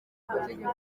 amategeko